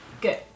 Good